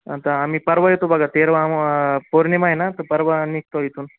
आता आम्ही परवा येतो बघा तेरवा अमवा पौर्णिमा आहे ना त परवा निघतो इथून